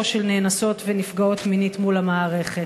של נאנסות ונפגעות מינית עם המערכת.